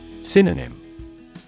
Synonym